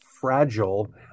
fragile